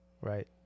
Right